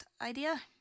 idea